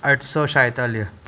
अठ सौ छाएतालीह